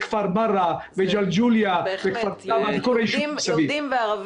כפר ברה, ג'לג'וליה וכל הישובים מסביב.